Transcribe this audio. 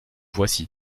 voici